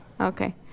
Okay